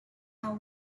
are